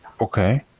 Okay